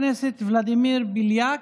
חבר הכנסת ולדימיר בליאק,